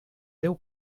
déu